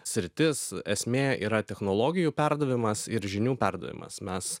sritis esmė yra technologijų perdavimas ir žinių perdavimas mes